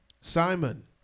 Simon